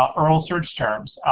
um earl search terms,